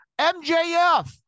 mjf